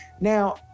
now